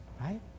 right